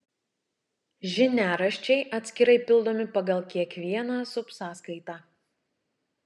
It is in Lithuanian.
žiniaraščiai atskirai pildomi pagal kiekvieną subsąskaitą